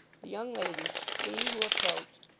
the young lady, seeing who approached,